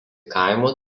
kaimo